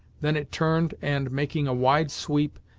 then it turned and, making a wide sweep,